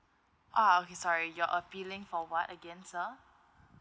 ah okay sorry you're appealing for what again sir